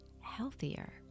healthier